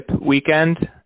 weekend